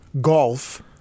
golf